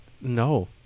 No